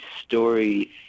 story